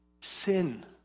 sin